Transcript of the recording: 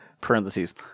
Parentheses